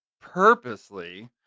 purposely